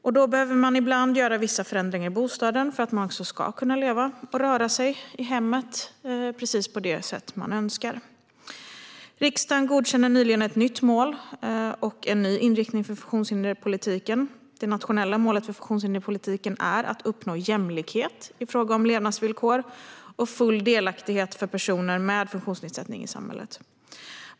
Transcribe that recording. Ibland behöver man göra vissa förändringar i bostaden för att det ska gå att leva och röra sig i hemmet på precis det sätt man önskar. Riksdagen godkände nyligen ett nytt mål och en ny inriktning för funktionshinderspolitiken. Det nationella målet för funktionshinderspolitiken är att uppnå jämlikhet i fråga om levnadsvillkor och full delaktighet för personer med funktionsnedsättning i samhället.